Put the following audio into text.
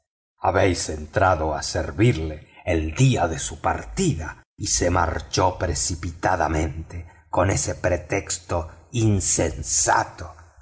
habéis entrado a servirle el día de su partida y se marchó precipitadamente con ese pretexto insensato